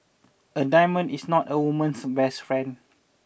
a diamond is not a woman's best friend